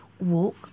walk